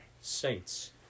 Saints